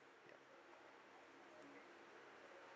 ya